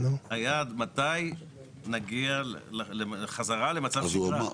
מתי נגיע חזרה למצב שגרה?